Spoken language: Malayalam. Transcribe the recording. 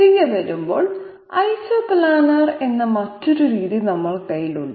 തിരികെ വരുമ്പോൾ ഐസോപ്ലാനർ എന്ന മറ്റൊരു രീതി നമുക്കുണ്ട്